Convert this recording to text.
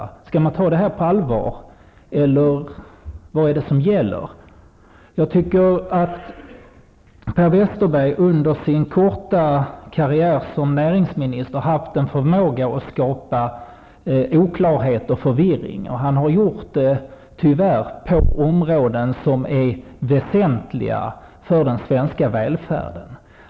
Skall vi ta detta på allvar, eller vad är det som gäller? Jag tycker att Per Westerberg under sin korta karriär som näringsminister haft en förmåga att skapa oklarhet och förvirring. Han har tyvärr gjort detta på områden som är väsentliga för den svenska välfärden.